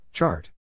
Chart